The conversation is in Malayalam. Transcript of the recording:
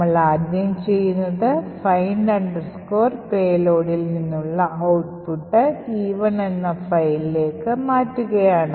നമ്മൾ ആദ്യം ചെയ്യുന്നത് find payloadൽ നിന്നുള്ള ഔട്ട്പുട്ട് E1എന്ന ഫയൽ ലേക്ക് മാറ്റുകയാണ്